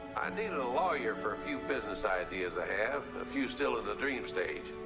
i need a lawyer for a few business ideas i have, a few still in the dream stage.